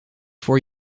voor